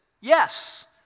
yes